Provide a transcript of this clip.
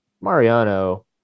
Mariano